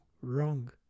wrong